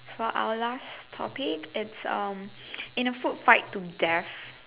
for our last topic it's um in a food fight to death